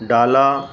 डालां